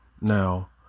Now